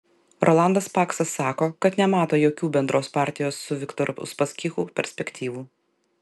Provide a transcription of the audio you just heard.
rolandas paksas sako kad nemato jokių bendros partijos su viktoru uspaskichu perspektyvų